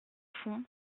fond